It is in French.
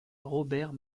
robert